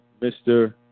Mr